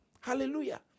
Hallelujah